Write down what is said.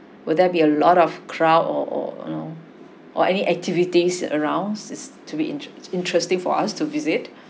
will there be a lot of crowd or or you know or any activities around is to be inter~ interesting for us to visit